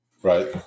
Right